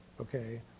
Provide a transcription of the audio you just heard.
Okay